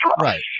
Right